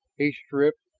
he stripped,